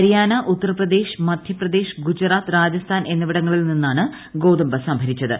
ഹരിയാന ഉത്തർപ്രദേശ് മധ്യപ്രദേശ് ഗുജറാത്ത് രാജസ്ഥാൻ എന്നിവിടങ്ങളിൽ നിന്നാണ് ഗോതമ്പ് സംഭരിച്ചത്